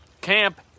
Camp